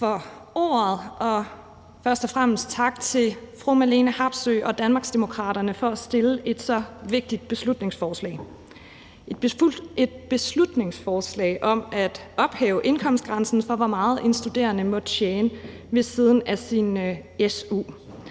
Tak for ordet, og først og fremmest tak til fru Marlene Harpsøe og Danmarksdemokraterne for at have fremsat et så vigtigt beslutningsforslag – et beslutningsforslag om at ophæve grænsen for, hvor meget en studerende må tjene ved siden af sin su.